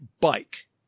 bike